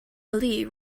ali